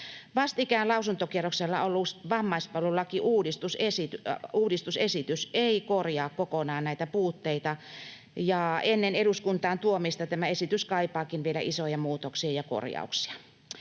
Vastikään lausuntokierroksella ollut vammaispalvelulakiuudistusesitys ei korjaa kokonaan näitä puutteita, ja ennen eduskuntaan tuomista tämä esitys kaipaakin vielä isoja muutoksia ja korjauksia.